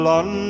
on